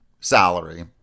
salary